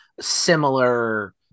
similar